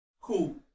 cool